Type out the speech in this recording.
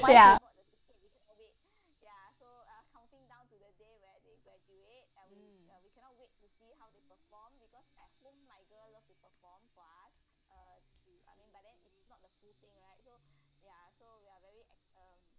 ya